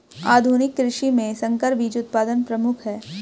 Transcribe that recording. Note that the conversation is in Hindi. आधुनिक कृषि में संकर बीज उत्पादन प्रमुख है